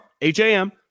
H-A-M